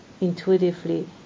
intuitively